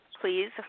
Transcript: please